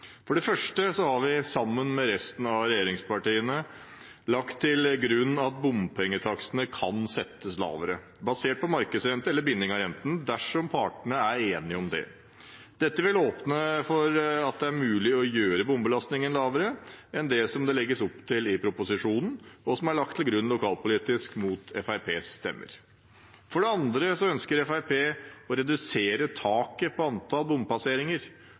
For det første har vi, sammen med de andre regjeringspartiene, lagt til grunn at bompengetakstene kan settes lavere, basert på markedsrente eller binding av renten, dersom partene er enige om det. Dette vil åpne for at det er mulig å gjøre bompengebelastningen mindre enn det som det legges opp til i proposisjonen, og som er lagt til grunn lokalpolitisk, mot Fremskrittspartiets stemmer. For det andre ønsker Fremskrittspartiet å redusere taket på antall bompasseringer.